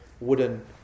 wooden